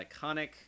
iconic